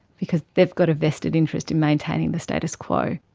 because they've got a vested interest in maintaining the status quo.